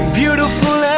beautiful